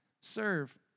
serve